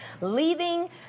Leaving